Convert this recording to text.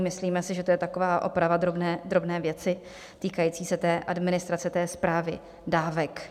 Myslíme si, že to je taková oprava drobné věci týkající se administrace, té správy dávek.